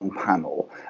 panel